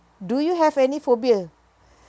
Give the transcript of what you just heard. do you have any phobia